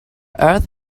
earth